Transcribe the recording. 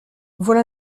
voilà